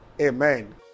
amen